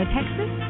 Texas